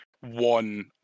one